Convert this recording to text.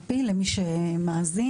ה-NLP למי שמאזין.